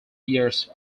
years